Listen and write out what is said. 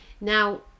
Now